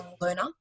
learner